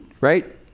right